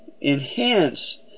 enhance